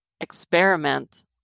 experiment